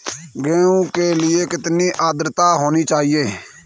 गेहूँ के लिए कितनी आद्रता होनी चाहिए?